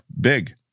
big